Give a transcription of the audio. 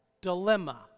dilemma